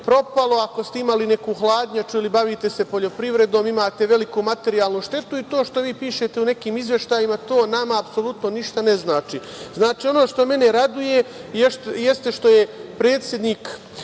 propalo, ako ste imali neku hladnjaču ili se bavite poljoprivredom, imate veliku materijalnu štetu i to što vi pišete u nekim izveštajima, to nama apsolutno ništa ne znači. Ono što mene raduje jeste što je predsednik